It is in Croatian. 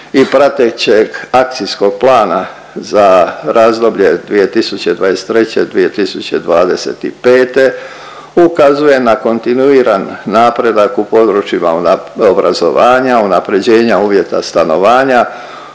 i pratećeg Akcijskog plana za razdoblje 2023.-2025. ukazuje na kontinuiran napredak u područjima obrazovanja, unaprjeđenja uvjeta stanovanja,